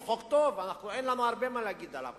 הוא חוק טוב, אין לנו הרבה מה להגיד עליו.